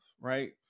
right